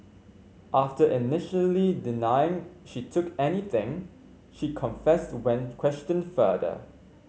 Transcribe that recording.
after initially denying she took anything she confessed when questioned further